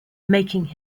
making